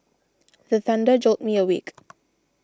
the thunder jolt me awake